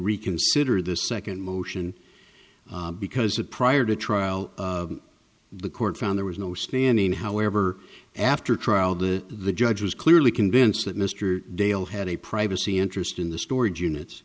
reconsider this second motion because a prior to trial the court found there was no standing however after trial the judge was clearly convinced that mr dale had a privacy interest in the storage units